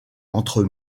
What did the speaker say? entre